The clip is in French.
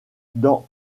dans